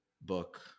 book